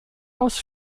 aus